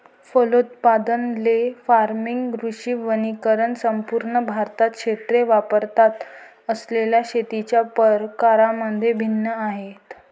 फलोत्पादन, ley farming, कृषी वनीकरण संपूर्ण भारतात क्षेत्रे वापरत असलेल्या शेतीच्या प्रकारांमध्ये भिन्न आहेत